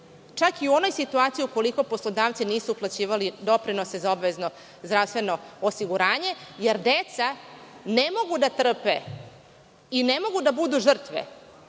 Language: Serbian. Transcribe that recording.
čak i u onoj situaciji ukoliko poslodavci nisu uplaćivali doprinose za obavezno zdravstveno osiguranje, jer deca ne mogu da trpe i ne mogu da budu žrtve